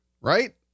right